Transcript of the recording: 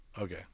Okay